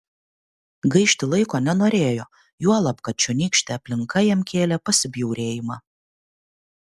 gaišti laiko nenorėjo juolab kad čionykštė aplinka jam kėlė pasibjaurėjimą